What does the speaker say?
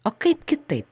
o kaip kitaip